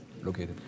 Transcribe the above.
located